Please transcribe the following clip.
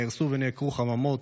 נהרסו ונעקרו חממות,